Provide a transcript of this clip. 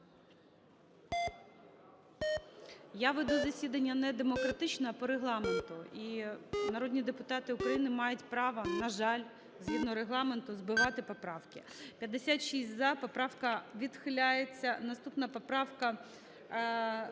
Я веду засідання не демократично, а по Регламенту, і народні депутати України мають право, на жаль, згідно Регламенту збивати поправки. 16:54:18 За-56 Поправка відхиляється. Наступна поправка